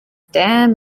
damn